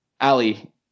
Ali